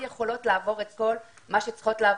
יכולות לעבור את כל מה שהן צריכות לעבור.